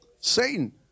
Satan